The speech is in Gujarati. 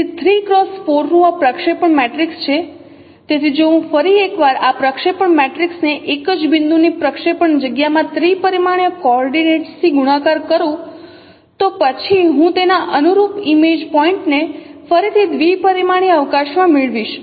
તેથી 3 x 4 નું આ પ્રક્ષેપણ મેટ્રિક્સ છે તેથી જો હું ફરી એકવાર આ પ્રક્ષેપણ મેટ્રિક્સને એક જ બિંદુની પ્રક્ષેપણ જગ્યામાં ત્રિપરિમાણીય કોઓર્ડિનેટ્સથી ગુણાકાર કરું તો પછી હું તેના અનુરૂપ ઇમેજ પોઇન્ટને ફરીથી દ્વી પરિમાણીય અવકાશમાં મેળવીશ